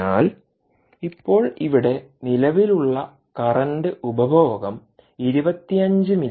അതിനാൽ ഇപ്പോൾ ഇവിടെ നിലവിലുള്ള കറൻറ് ഉപഭോഗം 25 മില്ലിയാംപിയറാണ്